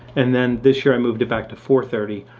and then this year, i moved it back to four thirty.